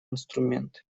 инструмент